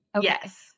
Yes